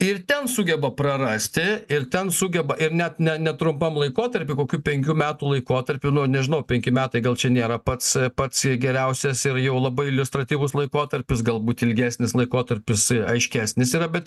ir ten sugeba prarasti ir ten sugeba ir net ne netrumpam laikotarpiui kokių penkių metų laikotarpiui nu nežinau penki metai gal čia nėra pats pats geriausias ir jau labai iliustratyvus laikotarpis galbūt ilgesnis laikotarpis aiškesnis yra bet